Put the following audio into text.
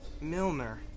Milner